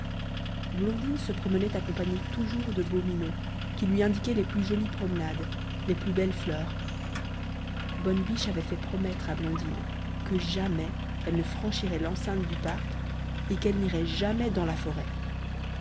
blondine se promenait accompagnée toujours de beau minon qui lui indiquait les plus jolies promenades les plus belles fleurs bonne biche avait fait promettre à blondine que jamais elle ne franchirait l'enceinte du parc et qu'elle n'irait jamais dans la forêt